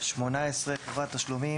"(18)חברת תשלומים,